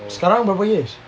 sekarang berapa years